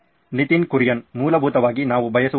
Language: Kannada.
ನಿತಿನ್ ಕುರಿಯನ್ ಮೂಲಭೂತವಾಗಿ ನಾವು ಬಯಸುವುದಿಲ್ಲ